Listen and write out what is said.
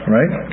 right